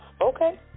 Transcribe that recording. Okay